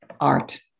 art